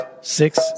six